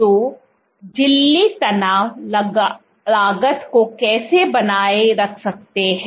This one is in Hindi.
तो आप झिल्ली तनाव लागत को कैसे बनाए रख सकते हैं